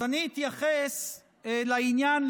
אז אני אתייחס לעניין,